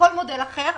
מודל אחר,